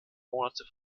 monate